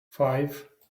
five